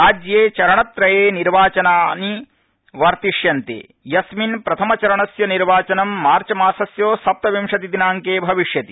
राज्ये चरणत्रये निर्वाचना वर्तिष्यन्ते यस्मिन् प्रथमचरणस्य निर्वाचनं मार्च मासस्य सप्तविंशति दिनांके भविष्यति